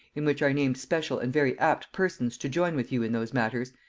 in which are named special and very apt persons to join with you in those matters,